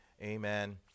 Amen